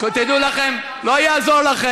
הינה, יש לנו פה הזדמנות.